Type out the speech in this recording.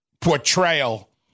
portrayal